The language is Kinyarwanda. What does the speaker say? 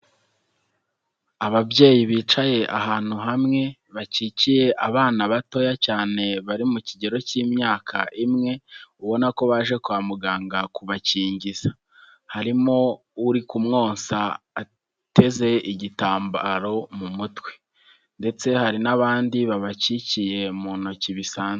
Ababyeyi bicaye ahantu hamwe, bakikiye abana batoya cyane bari mu kigero k'imyaka imwe. Ubona ko baje kwa muganga kubakingiza. Harimo uri kumwonsa ateze igitambaro mu mutwe ndetse hari n'abandi babakikiye mu ntoki bisanzwe.